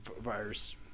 virus